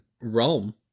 realm